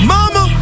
Mama